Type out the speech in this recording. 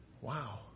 Wow